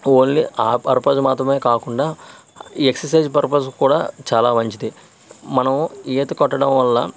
only ఆ purpose మాత్రమే కాకుండా ఎక్సర్సైజ్ పర్పస్కి కూడా చాలా మంచిది మనము ఈత కొట్టడం వల్ల